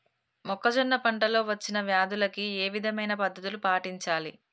మొక్కజొన్న పంట లో వచ్చిన వ్యాధులకి ఏ విధమైన పద్ధతులు పాటించాలి?